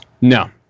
no